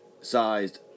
Sized